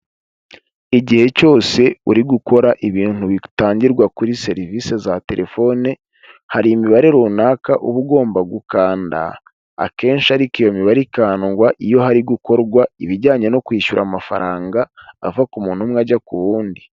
Igihe cyose uri gukora ibintu bitangirwa kuri serivisi za telefone, hari imibare runaka uba ugomba gukanda akenshi ariko iyo mibare ikandwa iyo hari gukorwa ibijyanye no kwishyura amafaranga ava ku muntu umwe ajya ku wundi.